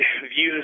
views